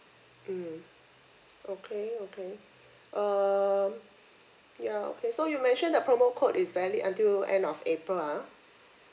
mm okay okay um ya okay so you mention the promo code is valid until end of april ah